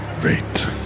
great